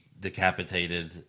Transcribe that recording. decapitated